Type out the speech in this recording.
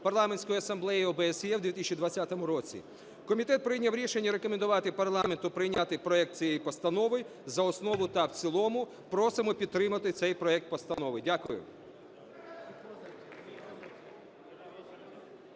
Парламентської асамблеї ОБСЄ в 2020 році. Комітет прийняв рішення рекомендувати парламенту прийняти проект цієї постанови за основу та в цілому. Просимо підтримати цей проект постанови. Дякую.